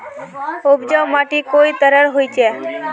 उपजाऊ माटी कई तरहेर होचए?